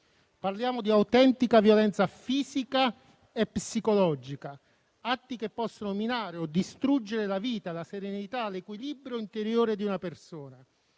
Parliamo di autentica violenza fisica e psicologica; atti che possono minare o distruggere la vita, la serenità e l'equilibrio interiore di una persona.